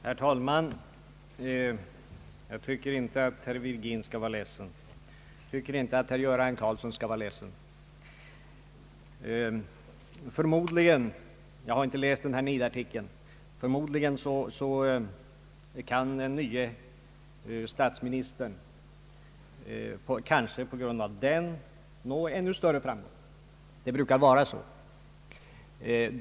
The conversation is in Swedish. Herr talman! Jag tycker inte att herr Virgin skall vara ledsen och jag tycker inte att herr Göran Karlsson skall vara ledsen. Jag har inte läst nidartikeln, men möjligen kan den nye statsministern på grund av den nå ännu större framgång. Det brukar vara så.